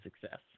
success